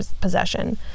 possession